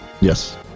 Yes